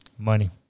Money